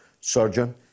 surgeon